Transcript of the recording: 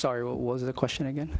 sorry what was the question again